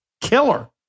killer